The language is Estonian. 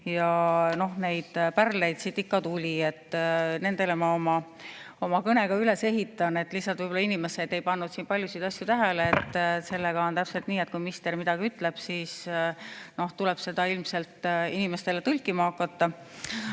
Neid pärleid siit ikka tuli, nendele ma oma kõne ka üles ehitan. Lihtsalt võib-olla inimesed ei pannud paljusid asju tähele. Sellega on täpselt nii, et kui minister midagi ütleb, siis tuleb seda ilmselt inimestele tõlkima hakata.